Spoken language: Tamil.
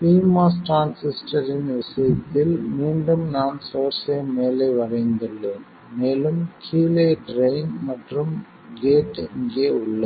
pMOS டிரான்சிஸ்டரின் விஷயத்தில் மீண்டும் நான் சோர்ஸ்ஸை மேலே வரைந்துள்ளேன் மேலும் கீழே ட்ரைன் மற்றும் கேட் இங்கே உள்ளது